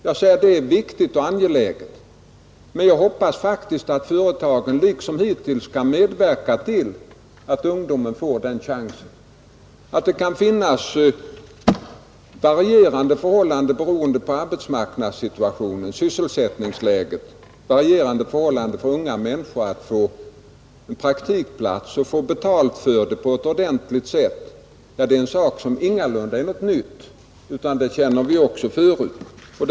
Det är en viktig och angelägen sak, men jag hoppas faktiskt att företagen liksom hittills skall medverka till att ungdomarna får den chansen, Att det sedan beroende på arbetsmarknadssituationen, sysselsättningsläget, kan finnas varierande möjligheter för unga människor att få en praktikplats och få betalt för arbetet på ett ordentligt sätt är en sak som ingalunda är något Anställningsskydd nytt utan som vi också känner till förut.